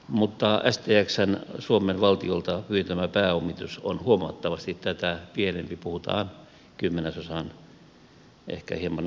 mutta stxn suomen valtiolta pyytämä pääomitus on huomattavasti tätä pienempi puhutaan kymmenesosasta ehkä hieman enemmästä